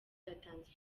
yatanze